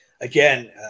Again